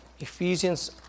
Ephesians